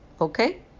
okay